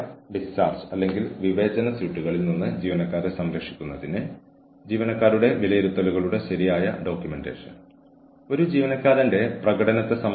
sensitive ആയിരിക്കുക വസ്തുനിഷ്ഠമായിരിക്കുക ഭീഷണിപ്പെടുത്തൽ എവിടെയാണ് സംഭവിക്കുന്നത് എന്തിനാണ് ഭീഷണിപ്പെടുത്തൽ സംഭവിക്കുന്നത് ആരെയാണ് ഭീഷണിപ്പെടുത്തുന്നത് തുടങ്ങിയവ കണ്ടെത്താൻ വിവരങ്ങൾ അന്വേഷിക്കുക